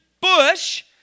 bush